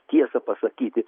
tiesą pasakyti